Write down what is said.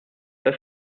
das